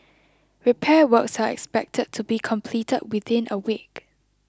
repair works are expected to be completed within a week